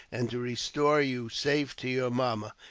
and to restore you safe to your mamma,